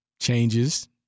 changes